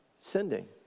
sending